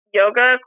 yoga